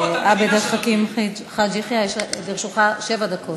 יושב-ראש הרשימה שלכם ירד לבונקר.